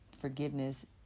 forgiveness